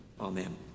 Amen